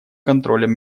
контролем